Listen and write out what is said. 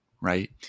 right